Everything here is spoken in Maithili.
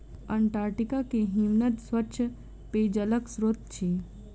अंटार्टिका के हिमनद स्वच्छ पेयजलक स्त्रोत अछि